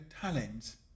talents